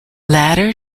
latter